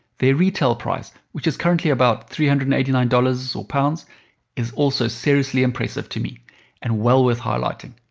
their retail price which is currently about three hundred and eighty nine dollars or ps is also seriously impressive to me and well worth highlighting.